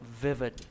vivid